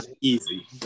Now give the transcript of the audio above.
easy